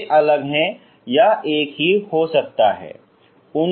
वे अलग हैं या एक ही हो सकता है